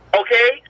okay